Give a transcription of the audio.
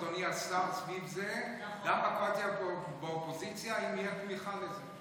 אדוני השר, סביב זה, אם תהיה תמיכה לזה.